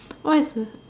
what is